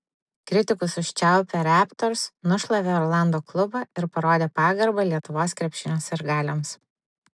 kritikus užčiaupę raptors nušlavė orlando klubą ir parodė pagarbą lietuvos krepšinio sirgaliams